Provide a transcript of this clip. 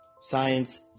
Science